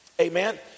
Amen